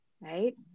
right